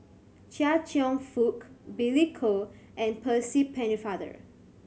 Chia Cheong Fook Billy Koh and Percy Pennefather